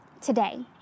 today